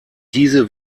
diese